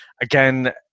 Again